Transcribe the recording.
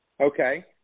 Okay